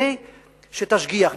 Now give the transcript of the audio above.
כדי שתשגיח,